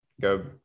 go